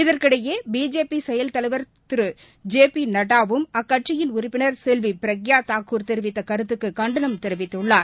இதற்கிடையேபிஜேபி செயல் தலைவர் திரு ஜே பிநட்டாவும் அக்கட்சியின் உறுப்பினர் பிரக்யாதாகூர் தெரிவித்தகருத்துக்குகண்டனம் தெரிவித்துள்ளார்